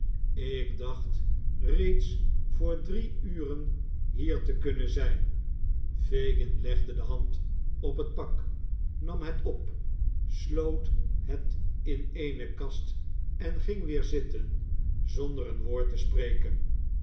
ik dacht reeds voor drie uren hier te kunnen zijn fagin legde de hand op het pak nam het op sloot het in eene kast en ging weer zitten zonder een woord te spreken